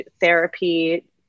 therapy